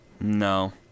No